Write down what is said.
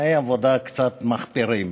בתנאי עבודה קצת מחפירים.